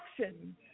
action